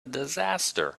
disaster